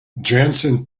janssen